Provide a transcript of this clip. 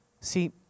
See